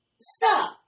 stop